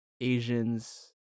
Asians